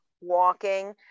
walking